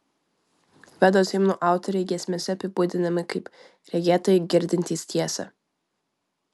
vedos himnų autoriai giesmėse apibūdinami kaip regėtojai girdintys tiesą